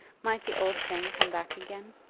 might the old thing come back again?